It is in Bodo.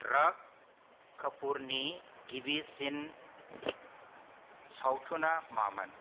राक कापुरनि गिबिसिन सावथुना मामोन